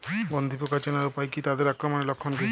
গন্ধি পোকা চেনার উপায় কী তাদের আক্রমণের লক্ষণ কী?